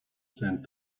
sand